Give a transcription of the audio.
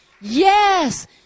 Yes